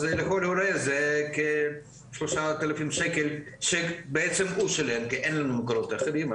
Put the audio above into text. אז לכל הורה זה כ-3,000 שקלים שבעצם הוא שילם כי לנו אין מקורות אחרים.